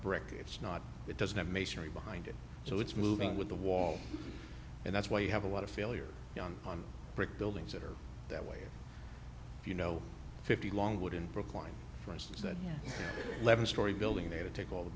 brick it's not it doesn't have masonry behind it so it's moving with the wall and that's why you have a lot of failure down on brick buildings that are that way or you know fifty longwood in brookline for instance that eleven story building there to take all the